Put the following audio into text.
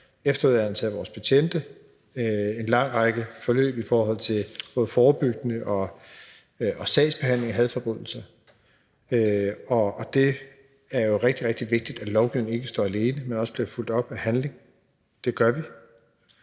efteruddannelse af vores betjente, en lang række forløb i forhold til både forebyggelse og sagsbehandling af hadforbrydelser. Det er jo rigtig, rigtig vigtigt, at lovgivningen ikke står alene, men også bliver fulgt op af handling, og det gør den.